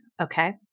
okay